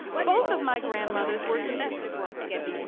both of my grandmothers were domestic workers.